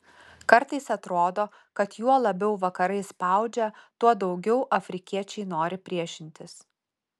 kartais atrodo kad juo labiau vakarai spaudžia tuo daugiau afrikiečiai nori priešintis